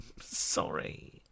sorry